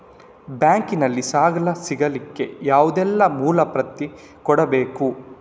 Bank ನಲ್ಲಿ ಸಾಲ ಸಿಗಲಿಕ್ಕೆ ಯಾವುದೆಲ್ಲ ಮೂಲ ಪ್ರತಿ ಕೊಡಬೇಕು?